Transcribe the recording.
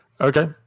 Okay